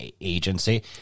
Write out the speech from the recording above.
agency